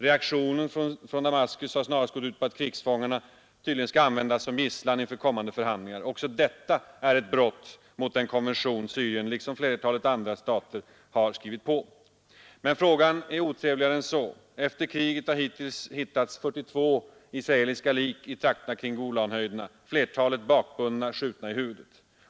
Reaktionen från Damaskus tycks snarast ha gått ut på att krigsfångarna skall användas som gisslan inför kommande förhandlingar. Också detta är ett brott mot den konvention Syrien liksom flertalet andra stater har skrivit på. Men frågan är otrevligare än så. Efter kriget har hittills hittats 42 israeliska lik i trakterna kring Golanhöjderna — flertalet bakbundna och skjutna i huvudet.